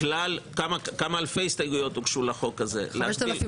כמה אלפי הסתייגויות הוגשו לחוק הזה.